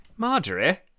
Marjorie